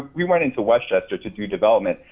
we went into westchester to do development.